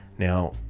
Now